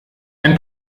ein